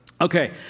okay